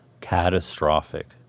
Catastrophic